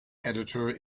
editor